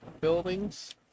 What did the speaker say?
buildings